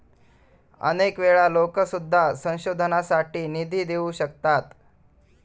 अनेक वेळा लोकं सुद्धा संशोधनासाठी निधी देऊ शकतात